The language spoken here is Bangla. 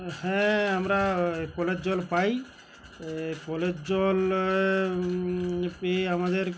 হ্যাঁ আমরা কলের জল পাই কলের জল পেয়ে আমাদের